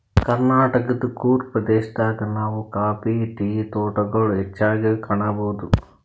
ಕರ್ನಾಟಕದ್ ಕೂರ್ಗ್ ಪ್ರದೇಶದಾಗ್ ನಾವ್ ಕಾಫಿ ಟೀ ತೋಟಗೊಳ್ ಹೆಚ್ಚಾಗ್ ಕಾಣಬಹುದ್